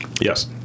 Yes